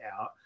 out